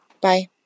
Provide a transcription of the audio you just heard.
Bye